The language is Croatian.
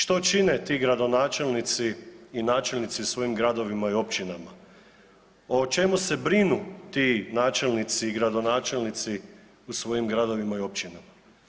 Što čine ti gradonačelnici i načelnici u svojim gradovima i općinama, o čemu se brinu ti načelnici i gradonačelnici u svojim gradovima i općinama?